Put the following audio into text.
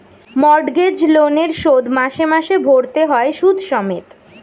mortgage লোনের শোধ মাসে মাসে ভরতে হয় সুদ সমেত